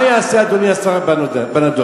מה יעשה אדוני השר בנדון?